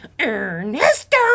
Ernesto